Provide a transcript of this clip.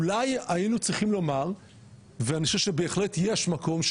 אולי היינו צריכים לומר ואני חושב שבהחלט יש מקום,